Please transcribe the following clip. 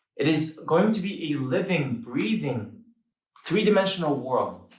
it is going to be a living, breathing three-dimensional world.